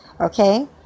Okay